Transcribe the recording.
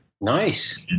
Nice